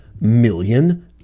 million